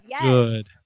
good